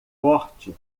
forte